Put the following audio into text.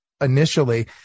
initially